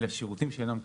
לשירותים שאינם כספיים.